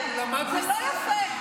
חבר'ה, זה לא יפה.